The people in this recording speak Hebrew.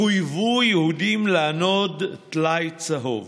חויבו יהודים לענוד טלאי צהוב